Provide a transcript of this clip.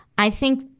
i think,